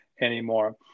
anymore